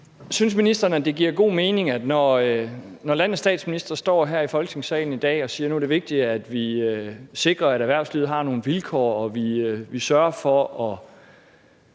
ministeren, det giver god mening, når landets statsminister står her i Folketingssalen i dag og siger, at det er vigtigt, at vi nu sikrer, at erhvervslivet har nogle gode vilkår, og at vi fra